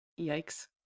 yikes